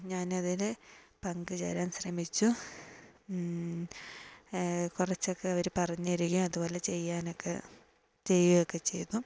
ഞാനതിൽ പങ്കു ചേരാൻ ശ്രമിച്ചു കുറച്ചൊക്കെ അവർ പറഞ്ഞു തരികയും അതുപോലെ ചെയ്യാനൊക്കെ ചെയ്യുക ഒക്കെ ചെയ്തു